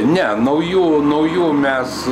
ne naujų naujų mes